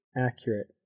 accurate